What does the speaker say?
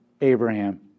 Abraham